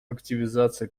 активизация